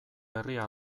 berria